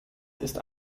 ist